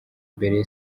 mbere